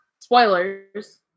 spoilers